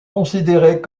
considérés